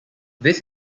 this